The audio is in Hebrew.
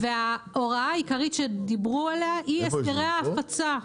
וההוראה העיקרית שדיברו עליה היא הסדרי ההפצה.